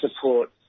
support